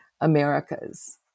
Americas